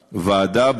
הוועדה.